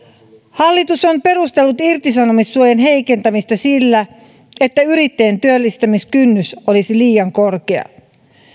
hallitus on perustellut irtisanomissuojan heikentämistä sillä että yrittäjien työllistämiskynnys olisi liian korkea